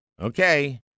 okay